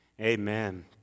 amen